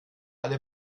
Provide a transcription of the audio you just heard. alle